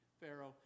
Pharaoh